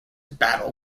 battle